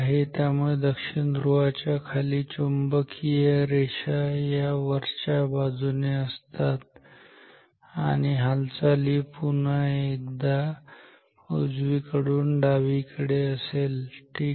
त्यामुळे दक्षिण ध्रुवाच्या खाली चुंबकीय रेषा या वरच्या बाजूने असतात आणि हालचाल ही पुन्हा एकदा उजवीकडून डावीकडे असेल ठीक आहे